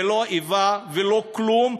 ולא איבה ולא כלום,